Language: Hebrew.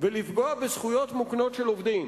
ולפגוע בזכויות מוקנות של עובדים?